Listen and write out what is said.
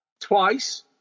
twice